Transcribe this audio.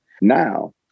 Now